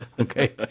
Okay